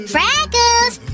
Freckles